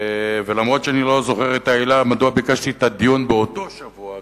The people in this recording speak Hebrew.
ואף-על-פי שאני לא זוכר את העילה מדוע ביקשתי את הדיון באותו שבוע,